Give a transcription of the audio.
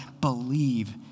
believe